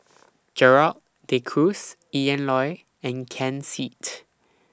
Gerald De Cruz Ian Loy and Ken Seet